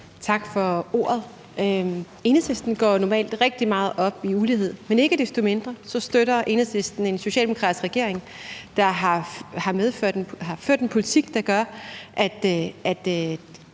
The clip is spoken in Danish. Tak for ordet. Enhedslisten går normalt rigtig meget op i ulighed, men ikke desto mindre støtter Enhedslisten en socialdemokratisk regering, der har ført en politik, der gør, at